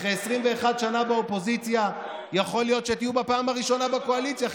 אחרי 21 שנה באופוזיציה יכול להיות שתהיו בפעם הראשונה בקואליציה.